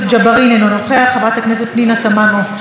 חבר הכנסת סאלח סעד, בבקשה.